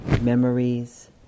memories